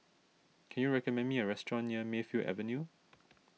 can you recommend me a restaurant near Mayfield Avenue